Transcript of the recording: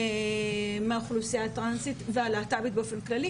מהאוכלוסייה הטרנסית והלהט"בית באופן כללי,